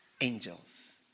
angels